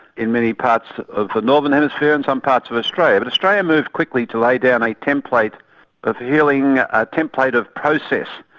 in many parts of the but northern hemisphere and some parts of australia. but australia moved quickly to lay down a template of healing, a template of process.